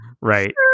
right